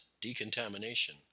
decontamination